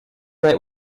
night